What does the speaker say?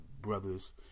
brothers